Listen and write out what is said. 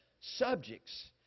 subjects